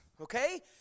okay